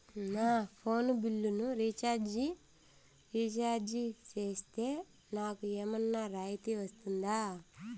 నా ఫోను బిల్లును recharge recharge సేస్తే, నాకు ఏమన్నా రాయితీ వస్తుందా?